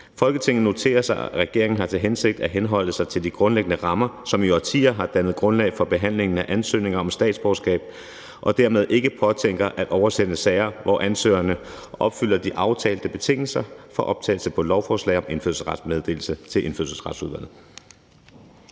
Folketinget noterer sig, at regeringen har til hensigt at henholde sig til de grundlæggende rammer, som i årtier har dannet grundlag for behandlingen af ansøgninger om statsborgerskab, og dermed ikke påtænker at oversende sager, hvor ansøgerne opfylder de aftalte betingelser for optagelse på et lovforslag om indfødsrets meddelelse, til Indfødsretsudvalget.«